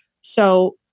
So-